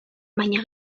baina